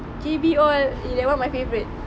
J_B all eh that one my favourite